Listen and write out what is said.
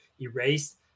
erased